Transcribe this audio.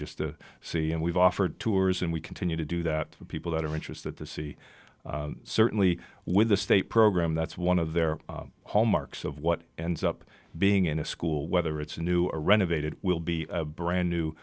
just to see and we've offered tours and we continue to do that for people that are interested to see certainly with the state program that's one of their hallmarks of what ends up being in a school whether it's a new a renovated will be brand new